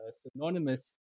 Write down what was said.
synonymous